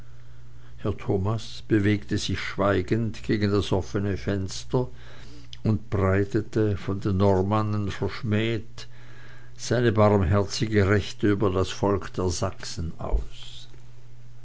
thomas bewegte sich schweigend gegen das offene fenster und breitete von den normannen verschmäht seine barmherzige rechte über das volk der sachsen aus